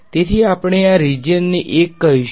તેથી આપણે આ રીજીયન ને ૧ કહીશું